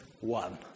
one